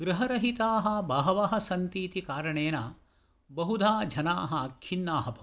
गृहरहिताः बहवः सन्तीति कारणेन बहुधा जनाः खिन्नाः भवन्ति